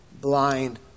blind